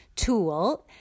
tool